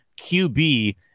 QB